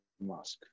mask